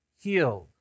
Healed